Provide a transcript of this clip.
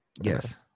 Yes